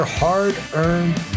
hard-earned